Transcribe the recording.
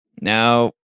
Now